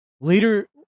later